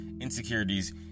insecurities